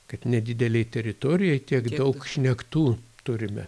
kad nedidelėj teritorijoj tiek daug šnektų turime